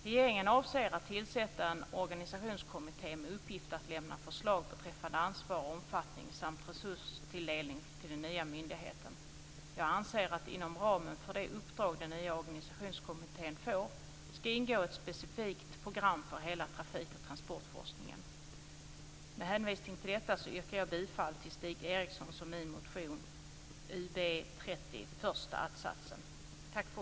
Regeringen avser att tillsätta en organisationskommitté med uppgift att lämna förslag beträffande ansvar och omfattning samt resurstilldelning till den nya myndigheten. Jag anser att inom ramen för det uppdrag den nya organisationskommittén får ska ingå ett specifikt program för hela trafik och transportforskningen. Med hänvisning till detta yrkar jag bifall till Stig Erikssons och min motion Ub30, första attsatsen.